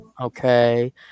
okay